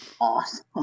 Awesome